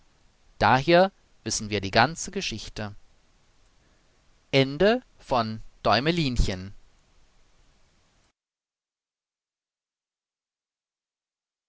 daher wissen wir die ganze geschichte